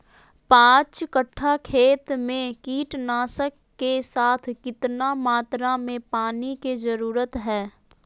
पांच कट्ठा खेत में कीटनाशक के साथ कितना मात्रा में पानी के जरूरत है?